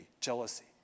jealousy